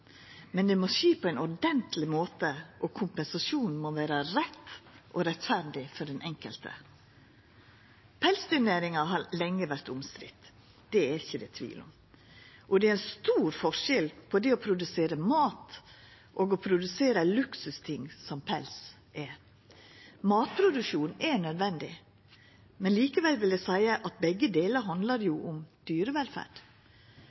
men det må skje på ein ordentleg måte, og kompensasjonen må vera rett og rettferdig for den enkelte. Pelsdyrnæringa har lenge vore omstridt, det er det ikkje tvil om, og det er stor forskjell på det å produsera mat og å produsera ein luksusting som pels er. Matproduksjon er nødvendig. Men likevel vil eg seia at begge delar handlar